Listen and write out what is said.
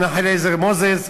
מנחם אליעזר מוזס,